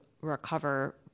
recover